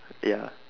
ya